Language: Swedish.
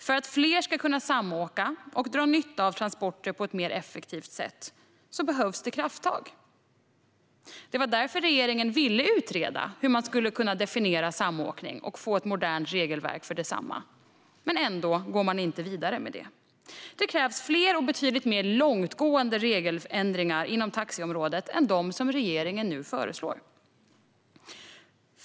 För att fler ska kunna samåka och dra nytta av transporter på ett mer effektivt sätt behövs krafttag. Det var därför regeringen ville utreda hur man skulle kunna definiera samåkning och få ett modernt regelverk för detsamma. Men ändå går man inte vidare med det. Det krävs fler och betydligt mer långtgående regeländringar inom taxiområdet än dem som regeringen nu föreslår.